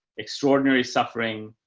extraordinary suffering.